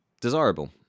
desirable